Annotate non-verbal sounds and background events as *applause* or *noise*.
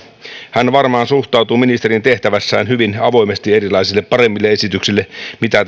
hän varmaan suhtautuu ministerin tehtävässään hyvin avoimesti erilaisiin parempiin esityksiin kuin mitä *unintelligible*